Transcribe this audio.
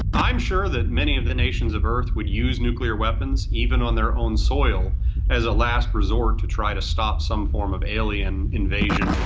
i'm sure that many of the nations of earth would use nuclear weapons even on their own soil as a last resort to try to stop some form of alien invasion